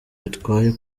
bitwaye